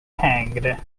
hanged